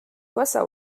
gwashañ